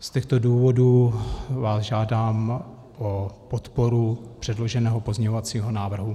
Z těchto důvodů vás žádám o podporu předloženého pozměňovacího návrhu.